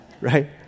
Right